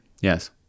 Yes